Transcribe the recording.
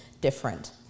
different